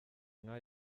nka